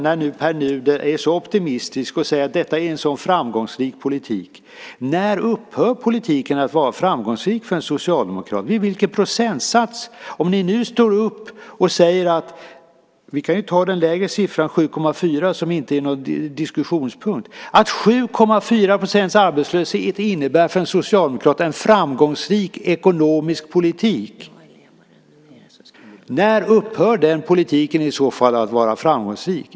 Pär Nuder är så optimistisk och säger att detta är en så framgångsrik politik. När upphör politiken att vara framgångsrik för en socialdemokrat? Vid vilken procentsats? Ni säger att 7,4 % arbetslöshet - vi kan ta den siffran som det inte råder någon diskussion om - för en socialdemokrat innebär en framgångsrik ekonomisk politik. När upphör den politiken att vara framgångsrik?